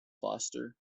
foster